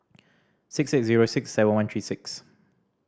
six eight zero six seven one three six